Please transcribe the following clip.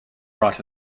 brought